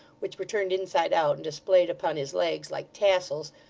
which were turned inside out and displayed upon his legs, like tassels,